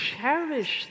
cherish